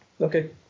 okay